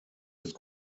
ist